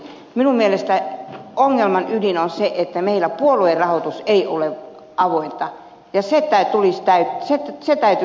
minun mielestäni ongelman ydin on se että meillä puoluerahoitus ei ole avointa ja se täytyisi avata